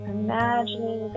imagining